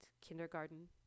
kindergarten